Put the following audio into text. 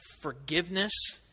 forgiveness